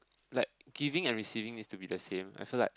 like giving and receiving is to be the same I feel like